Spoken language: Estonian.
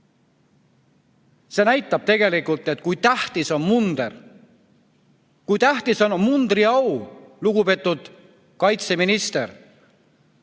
See näitab, kui tähtis on munder, kui tähtis on mundriau, lugupeetud kaitseminister.